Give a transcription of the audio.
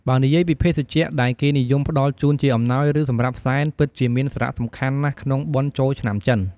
បើនិយាយពីភេសជ្ជៈ ដែលគេនិយមផ្ដល់ជូនជាអំណោយ ឬសម្រាប់សែន ពិតជាមានសារៈសំខាន់ណាស់ក្នុងបុណ្យចូលឆ្នាំចិន។